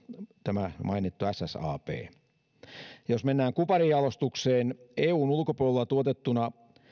tämä mainittu ssab jos mennään kuparin jalostukseen eun ulkopuolella tuotettuna